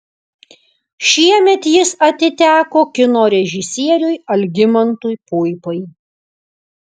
šiemet jis atiteko kino režisieriui algimantui puipai